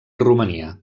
romania